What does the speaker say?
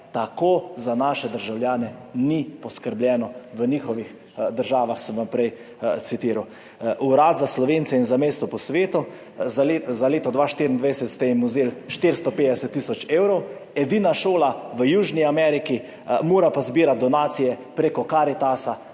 tako za naše državljane ni poskrbljeno v njihovih državah, sem vam prej citiral. Urad za Slovence v zamejstvu in po svetu, za leto 2024 ste jim vzeli 450 tisoč evrov, edina šola v Južni Ameriki pa mora zbirati donacije prek Karitasa,